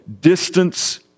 distance